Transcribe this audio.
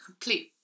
complete